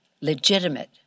Legitimate